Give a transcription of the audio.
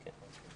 פ': כן.